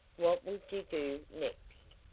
what would you do next?